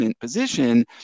position